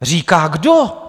Říká kdo?